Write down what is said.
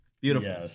beautiful